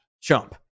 chump